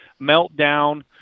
Meltdown